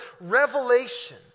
revelation